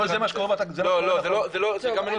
אבל זה לא מה שקורה.